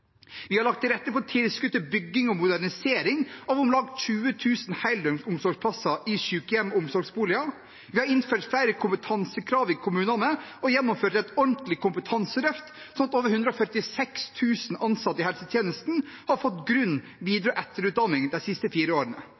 Vi har lagt til rette for tilskudd til bygging og modernisering av om lag 20 000 heldøgns omsorgsplasser i sykehjem og omsorgsboliger. Vi har innført flere kompetansekrav i kommunene og gjennomført et ordentlig kompetanseløft, sånn at over 146 000 ansatte i helsetjenesten har fått grunn-, videre- og etterutdanning de siste fire årene.